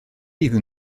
iddyn